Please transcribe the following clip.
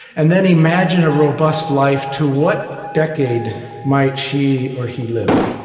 and then imagine a robust life to what decade might she or he live?